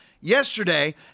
yesterday